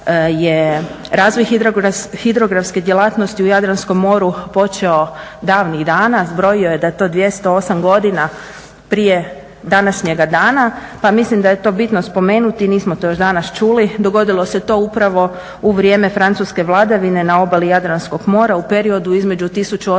razvoj hidrografske djelatnosti u Jadrankom moru počeo davnih dana, zbrojio je da je to 208 godina prije današnjega dana. Pa mislim da je to bitno spomenuti, nismo to još danas čuli. Dogodilo se to upravo u vrijeme francuske vladavine na obali Jadranskog mora u periodu između 1806.